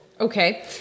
okay